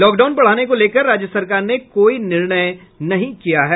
lockdown बढ़ाने को लेकर राज्य सरकार ने कोई निर्णय नहीं किया है